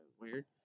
weird